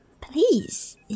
please